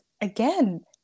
again